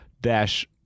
dash